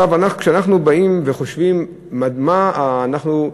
כשאנחנו באים וחושבים מה אנחנו,